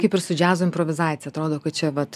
kaip ir su džiazo improvizacija atrodo kad čia vat